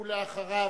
ואחריו,